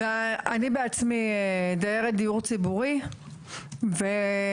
אני בעצמי דיירת דיור ציבורי ובמהלך